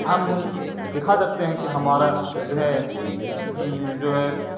ہم دکھا سکتے ہیں کہ ہمارا جو ہے جو ہے